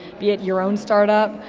be it your own startup,